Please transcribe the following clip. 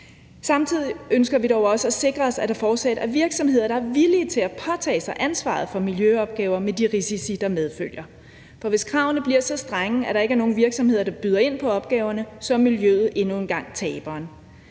Samtidig skal vi dog også at sikre os, at der fortsat er virksomheder, der er villige til at påtage sig ansvaret for miljøopgaver med de risici, der medfølger. For hvis kravene bliver så strenge, at der ikke er nogen virksomheder, der byder ind på opgaverne, så er miljøet endnu en gang taberen.